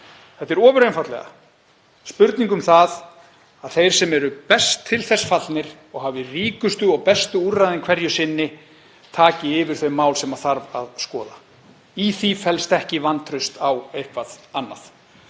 Þetta er ofur einfaldlega spurning um það að þeir sem eru best til þess fallnir og hafa ríkustu og bestu úrræðin hverju sinni taki yfir þau mál sem þarf að skoða. Í því felst ekki vantraust á eitthvað annað.